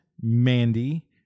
Mandy